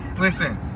Listen